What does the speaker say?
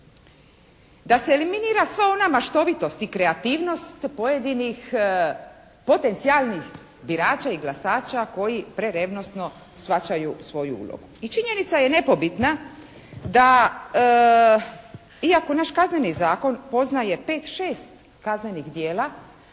Da se eliminira sva ona maštovitost i kreativnost pojedinih potencijalnih birača i glasača koji prerevnosno shvaćaju svoju ulogu. I činjenica je nepobitna da iako naš Kazneni zakon poznaje 5, 6 kaznenih djela